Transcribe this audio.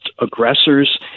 aggressors